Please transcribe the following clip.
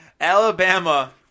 Alabama